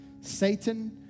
Satan